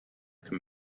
can